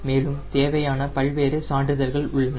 மேலும் தேவையான பல்வேறு சான்றிதழ்கள் உள்ளன